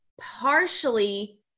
partially